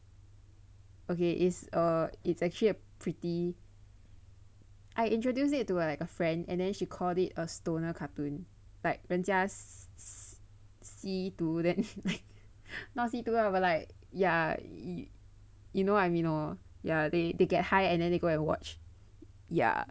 okay is err it's actually a pretty I introduce it to like a friend and then she called it a stoner cartoon like 人家吸毒 then not true lah is like ya you know what I mean they get high and then they go and watch ya